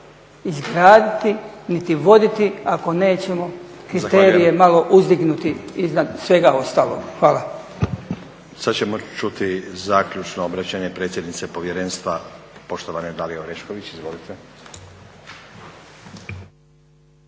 izgraditi niti voditi ako nećemo kriterije malo uzdignuti iznad svega ostaloga. Hvala. **Stazić, Nenad (SDP)** Sada ćemo čuti zaključno mišljenje predsjednice povjerenstva poštovane Dalije Orešković. Izvolite.